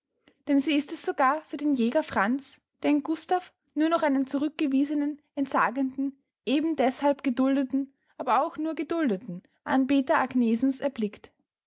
denn sie ist es sogar für den jäger franz der in gustav nur noch einen zurückgewiesenen entsagenden eben deßhalb geduldeten aber auch nur geduldeten anbeter agnesens erblickt